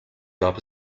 gab